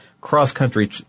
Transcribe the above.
cross-country